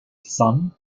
son